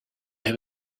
have